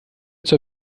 zur